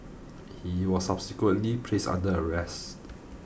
he was subsequently placed under arrest